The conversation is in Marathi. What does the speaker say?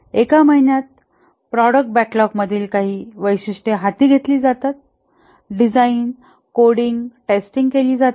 एका महिन्यात प्रॉडक्ट बॅकलॉग मधील काही वैशिष्ट्ये हाती घेतली जातात डिझाइन कोडींग टेस्टिंग केली जाते